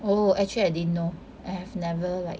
oh actually I didn't know I have never like